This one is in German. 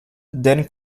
dan